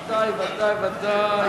ודאי, ודאי, ודאי.